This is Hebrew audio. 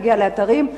להגיע לאתרים.